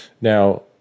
Now